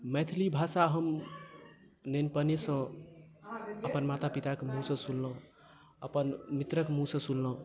मैथिली भाषा हम नेनपनेसँ अपन माता पिताके मुँहसँ सुनलहुँ अपन मित्रक मुँहसँ सुनलहुँ